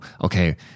okay